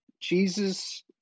Jesus